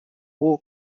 war